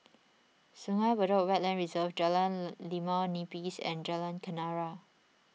Sungei Buloh Wetland Reserve Jalan Limau Nipis and Jalan Kenarah